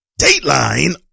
Dateline